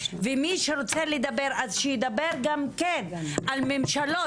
ומי שרוצה לדבר שידבר גם כן על ממשלות,